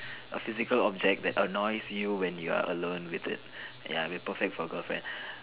a physical object that annoys you when you are alone with it ya it will be perfect for girlfriend